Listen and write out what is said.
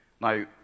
now